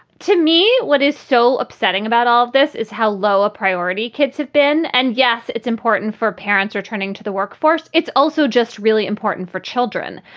to me what is so upsetting about all of this is how low a priority. kids have been. and yes, it's important for parents are turning to the workforce. it's also just really important for children.